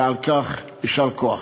ועל כך, יישר כוח.